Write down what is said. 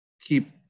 keep